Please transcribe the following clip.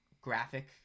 graphic